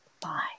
Bye